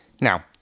Now